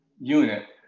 Unit